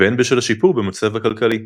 והן בשל השיפור במצב הכלכלי.